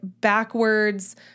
backwards